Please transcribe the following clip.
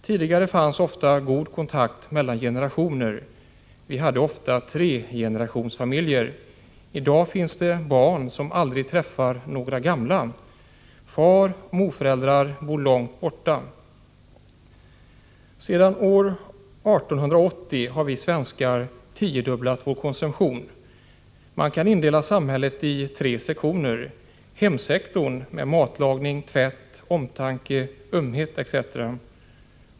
Tidigare fanns ofta god kontakt mellan generationer — vi hade ofta tregenerationsfamiljer. I dag finns det barn som aldrig träffar några gamla. Faroch morföräldrar bor långt bort. Sedan år 1880 har vi svenskar tiodubblat vår konsumtion. Man kan indela samhället i tre sektorer: e Hemsektorn, med matlagning, tvätt, omtanke, ömhet etc.